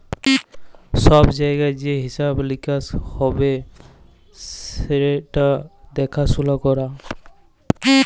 ছব জায়গায় যে হিঁসাব লিকাস হ্যবে সেট দ্যাখাসুলা ক্যরা